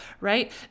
right